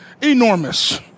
enormous